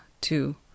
two